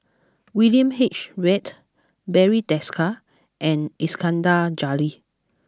William H Read Barry Desker and Iskandar Jalil